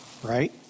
Right